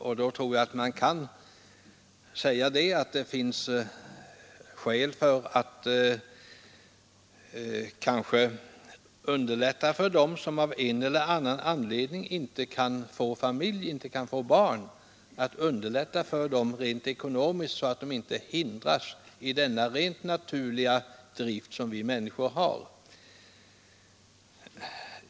Och då tror jag att man kan säga att det finns skäl för att rent ekonomiskt underlätta för dem som av en eller annan anledning inte kan få barn, så att de inte hindras i denna rent naturliga drift, som vi människor har.